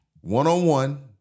One-on-one